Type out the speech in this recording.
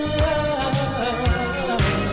love